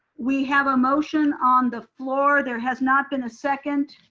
we have a motion on the floor, there has not been a second.